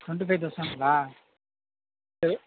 twenty five தௌசண்ட்ங்களா சரி